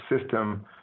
system